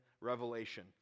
Revelation